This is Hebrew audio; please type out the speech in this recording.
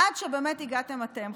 עד שהגעתם אתם,